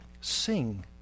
sing